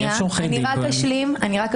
אני אשלים.